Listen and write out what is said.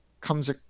comes